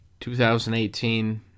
2018